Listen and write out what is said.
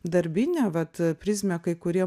darbinę vat prizmę kai kurie